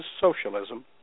socialism